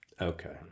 Okay